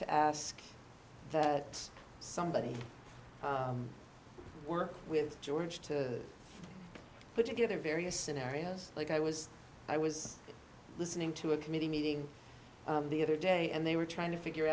to ask that somebody work with george to put together various scenarios like i was i was listening to a committee meeting the other day and they were trying to figure